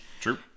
True